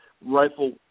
rifle